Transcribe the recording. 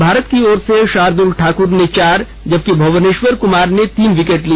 भारत की ओर से शार्दल ठाकर ने चार जबकि भुवनेश्वर कुमार ने तीन विकेट लिए